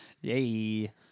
yay